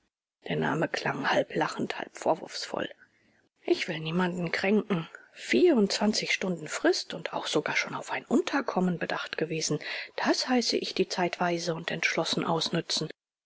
der name klang halb lachend halb vorwurfsvoll ich will niemand kränken vierundzwanzig stunden frist und auch sogar schon auf ein unterkommen bedacht gewesen das heiße ich die zeit weise und entschlossen ausnützen